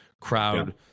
crowd